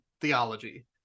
theology